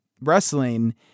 wrestling